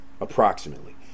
approximately